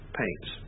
paints